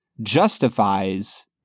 justifies